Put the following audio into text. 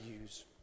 use